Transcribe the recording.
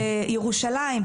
ירושלים,